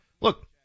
Look